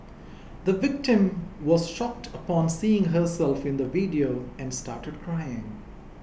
the victim was shocked upon seeing herself in the video and started crying